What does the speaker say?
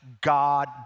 God